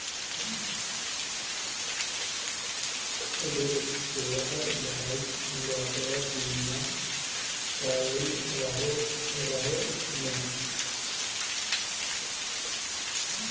रे तोहर भायक यात्रा बीमा कएल रहौ ने?